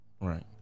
Right